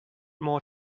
more